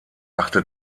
achte